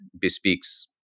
bespeaks